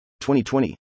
2020